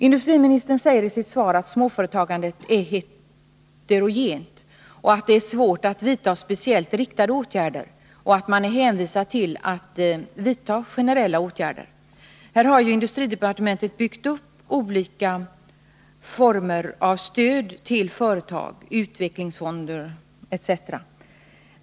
Industriministern säger i sitt svar att småföretagandet är heterogent och att det är svårt att vidta speciellt riktade åtgärder, utan man är hänvisad till att vidta generella åtgärder. Här har industridepartementet byggt upp olika former för stöd till företag — utvecklingsfonder etc.